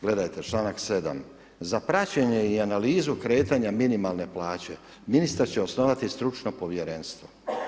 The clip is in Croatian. Gledajte članak 7., za praćenje i analizu kretanja minimalne plaće, ministar će osnovati stručno povjerenstvo.